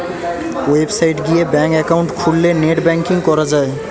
website গিয়ে bank account খুললে net banking করা যায়